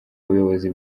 ubuyobozi